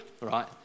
right